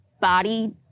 body